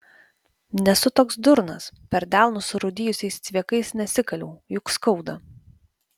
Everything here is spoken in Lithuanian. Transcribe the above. nesu toks durnas per delnus surūdijusiais cviekais nesikaliau juk skauda